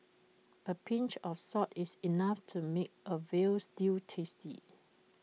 A pinch of salt is enough to make A Veal Stew tasty